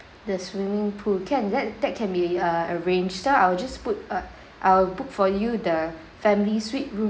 the swimming pool can that that can be uh arranged so I will just put uh I'll book for you the family suite room